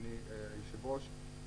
אדוני היושב-ראש.